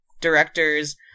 directors